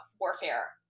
warfare